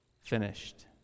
finished